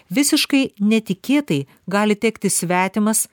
visiškai netikėtai gali tekti svetimas